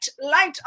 light